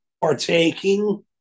Partaking